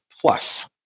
plus